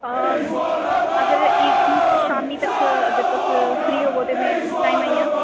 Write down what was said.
अगर शामी तक्क अगर तुस फ्री होवो ते में उस टाइम आई जां